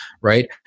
right